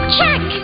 Check